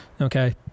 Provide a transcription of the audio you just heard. Okay